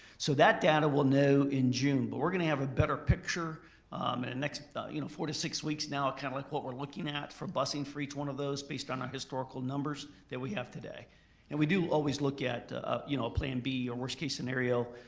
so that data we'll know in june. but we're gonna have a better picture in the and next you know four to six weeks now kind of like what we're looking at for busing for each one of those based on our historical numbers that we have today and we do always look at a you know plan b or worst case scenario.